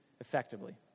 effectively